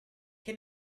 che